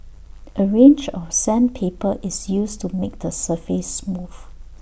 A range of sandpaper is used to make the surface smooth